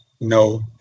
no